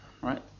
right